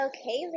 Okay